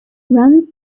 runs